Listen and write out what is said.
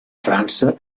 frança